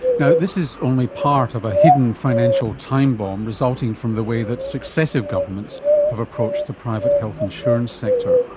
you know this is only part of a hidden financial time-bomb resulting from the way that successive governments have approached the private health insurance sector.